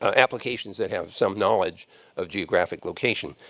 ah applications that have some knowledge of geographic location.